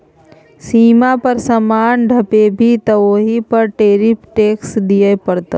सीमा पर समान टपेभी तँ ओहि पर टैरिफ टैक्स दिअ पड़तौ